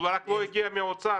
הוא רק לא הגיע מהאוצר.